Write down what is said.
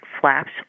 flaps